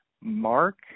Mark